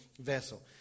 vessel